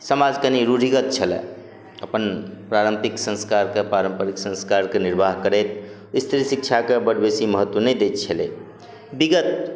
समाज कनि रूढ़िगत छलए अपन प्रारम्पिक संस्कारके पारम्परिक संस्कारके निर्वाह करैत स्त्री शिक्षाके बड बेसी महत्व नहि दैत छलै विगत